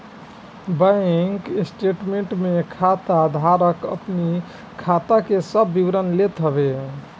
bank statement में खाता धारक अपनी खाता के सब विवरण लेत हवे